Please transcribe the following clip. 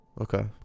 Okay